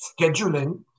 scheduling